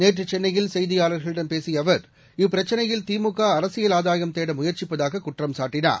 நேற்று சென்னையில் செய்தியாளர்களிடம் பேசிய அவர் இப்பிரச்சினையில் திமுக அரசியல் ஆதாயம் தேட முயற்சிப்பதாக குற்றம்சாட்டினார்